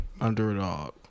underdog